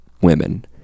women